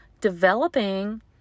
developing